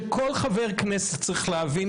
שכל חבר כנסת צריך להבין,